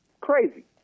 Crazy